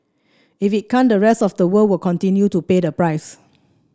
if it can't the rest of the world will continue to pay the price